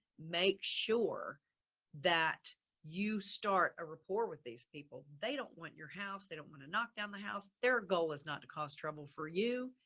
make sure that you start a rapport with these people. they don't want your house, they don't want to knock down the house. their goal is not to cause trouble for you.